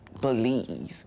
believe